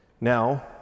Now